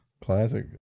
Classic